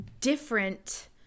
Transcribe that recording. different